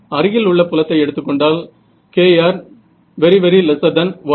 அருகிலுள்ள புலத்தை எடுத்துக் கொண்டால் kr 1